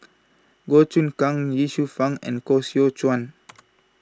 Goh Choon Kang Ye Shufang and Koh Seow Chuan